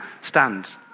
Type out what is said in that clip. stand